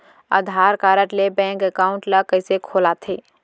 आधार card ले bank account ल कइसे खोलथे?